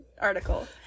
article